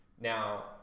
Now